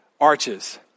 arches